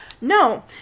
No